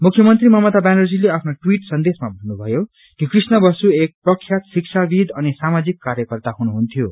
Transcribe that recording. मुख्यमन्त्री ममता ब्यानर्जीले आफ्नो ट्विट सन्देशमा भन्नुभयो कि कृष्णा बसु एक प्रख्यात शिक्षाविद अनि सामाजिक कार्यकर्त्ता हुनुहुन्थ्यो